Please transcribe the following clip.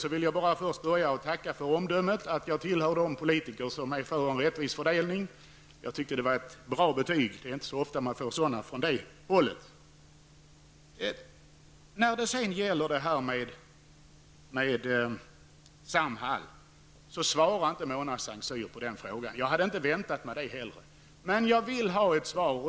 Jag vill tacka Mona Saint Cyr för omdömet att jag tillhör de politiker som är för en rättvis fördelning. Jag tycker att det var ett bra betyg. Sådana får man inte så ofta från det hållet. Mona Saint Cyr svarade inte på min fråga angående Samhall. Jag hade inte väntat mig det heller, men jag vill ha ett svar.